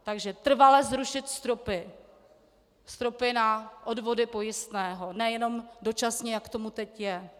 Takže trvale zrušit stropy na odvody pojistného, nejenom dočasně, jak tomu teď je.